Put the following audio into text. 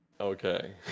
okay